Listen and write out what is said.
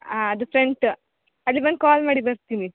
ಹಾಂ ಅದು ಫ್ರಂಟ್ ಅದು ಬಂದು ಕಾಲ್ ಮಾಡಿ ಬರ್ತೀನಿ